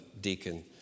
deacon